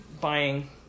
buying